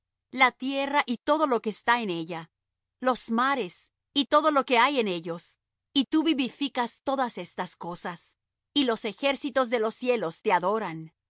la tierra y todo lo que está en ella los mares y todo lo que hay en ellos y tú vivificas todas estas cosas y los ejércitos de los cielos te adoran